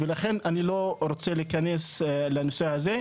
ולכן אני לא רוצה להיכנס לנושא הזה.